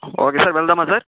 okay sir వెళ్దామా sir